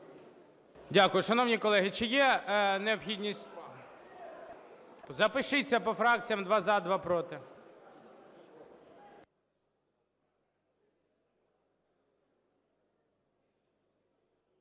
Дякую. Шановні колеги, чи є необхідність… Запишіться по фракціях: два – за, два – проти.